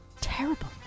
Terrible